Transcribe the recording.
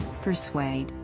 persuade